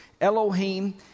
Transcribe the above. Elohim